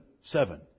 seven